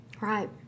Right